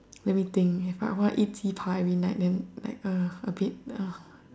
let me think if I want to eat 鸡扒 every night then like a bit uh